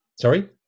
Sorry